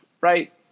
right